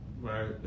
Right